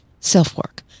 selfwork